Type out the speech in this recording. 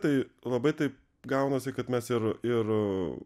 tai labai taip gaunasi kad mes ir ir